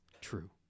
True